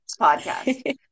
podcast